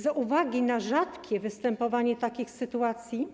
Z uwagi na rzadkie występowanie takich sytuacji